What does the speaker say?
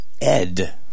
ed